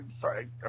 sorry